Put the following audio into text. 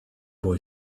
boy